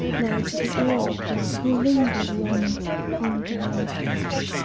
now to the ear of him who lingers long on downy couch,